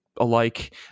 alike